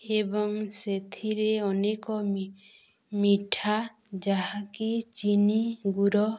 ଏବଂ ସେଥିରେ ଅନେକ ମିଠା ଯାହାକି ଚିନି ଗୁୁଡ଼